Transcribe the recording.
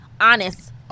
honest